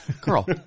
Girl